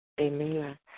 Amen